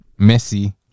Messi